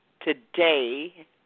today